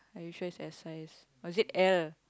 are you sure is that size or is it L